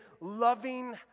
loving